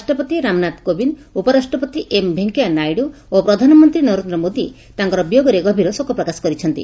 ରାଷ୍ଟ୍ରପତି ରାମନାଥ୍ କୋବିନ୍ଦ୍ ଉପରାଷ୍ଟ୍ରପତି ଏମ୍ ଭେଙିୟା ନାଇଡୁ ଓ ପ୍ରଧାନମନ୍ତୀ ନରେନ୍ଦ ମୋଦି ତାଙ୍କର ବିୟୋଗରେ ଗଭୀର ଶୋକ ପ୍ରକାଶ କରିଛନ୍ତି